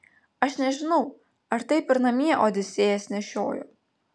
aš nežinau ar taip ir namie odisėjas nešiojo